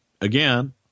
again